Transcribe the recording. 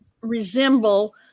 resemble